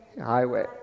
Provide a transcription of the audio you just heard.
Highway